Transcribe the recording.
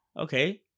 Okay